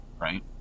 right